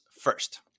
first